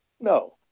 no